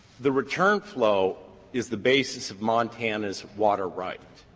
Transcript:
the return flow is the basis of montana's water right,